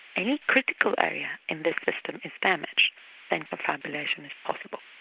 any critical area in this system is damaged then confabulation is possible.